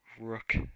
rook